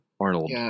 Arnold